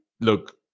look